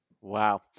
Wow